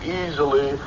easily